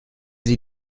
sie